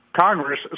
Congress